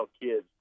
kids